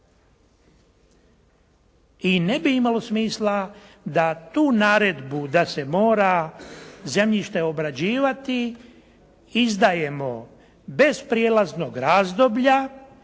I ne bi imalo smisla da tu naredbu da se mora zemljište obrađivati izdajemo bez prijelaznog razdoblja,